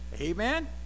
amen